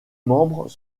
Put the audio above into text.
membres